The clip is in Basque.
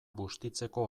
bustitzeko